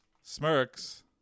smirks